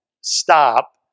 stop